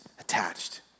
attached